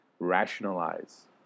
rationalize